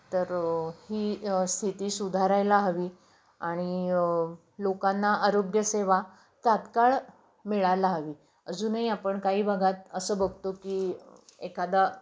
तर ही स्थिती सुधारायला हवी आणि लोकांना आरोग्यसेवा तात्काळ मिळायला हवी अजूनही आपण काही भागात असं बघतो की एखादा